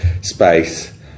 space